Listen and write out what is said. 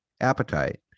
appetite